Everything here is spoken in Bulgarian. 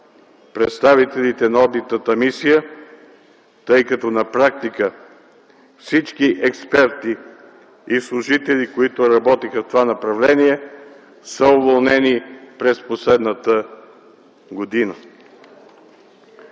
представителите на одитната мисия, тъй като на практика всички експерти и служители, които работеха в това направление, са уволнени през последната година.